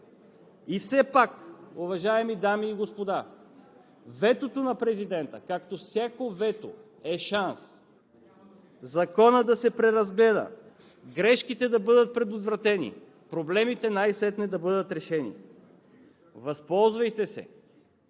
И все пак, уважаеми дами и господа, ветото на президента, както всяко вето, е шанс Законът да се преразгледа, грешките да бъдат предотвратени, проблемите най-сетне да бъдат решени. Възползвайте се.